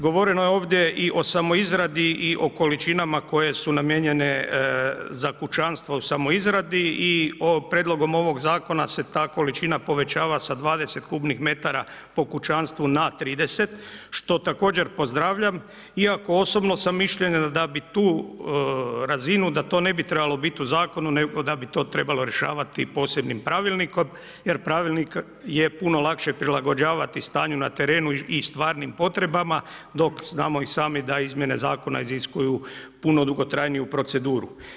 Govoreno je ovdje i o samo izradi i o količinama koje su namijenjene za kućanstvo u samo izradi i prijedlogom ovog zakona se ta količina povećava sa 20 kubnih metara na 30, što također pozdravljam, iako osobno sam mišljenja da bi tu razinu, da to ne bi trebalo biti u zakonu, nego da bi to trebalo rješavati posebnim pravilnikom jer pravilnik je puno lakše prilagođavati stanju na terenu i stvarnim potrebama, dok znamo i sami da izmjene zakona iziskuju puno dugotrajniju proceduru.